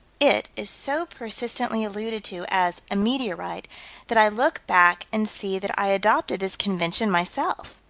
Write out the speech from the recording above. it is so persistently alluded to as a meteorite that i look back and see that i adopted this convention myself.